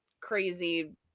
Crazy